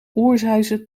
oorsuizen